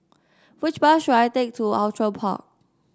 which bus should I take to Outram Park